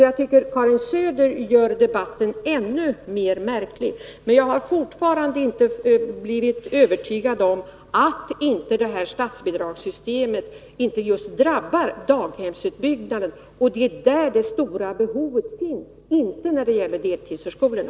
Jag tycker att Karin Söder gör debatten ännu mer märklig, men jag har fortfarande inte blivit övertygad om att det här statsbidragssystemet inte drabbar just daghemsutbyggnaden. Det är där som det stora behovet finns och inte när det gäller deltidsförskolorna.